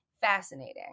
fascinating